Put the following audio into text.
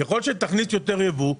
ככל שתכניס יותר ייבוא,